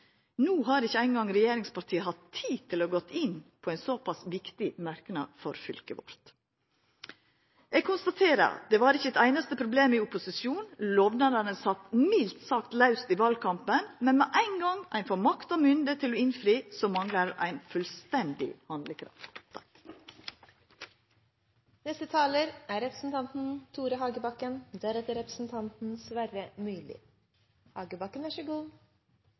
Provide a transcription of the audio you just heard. No har ikkje regjeringspartia eingong hatt tid til å gå inn på ein såpass viktig merknad for fylket vårt. Eg konstaterer at det ikkje var eit einaste problem i opposisjon, og lovnadene sat mildt sagt laust i valkampen. Men med ein gong ein får makt og mynde til å innfri, manglar ein fullstendig handlekraft.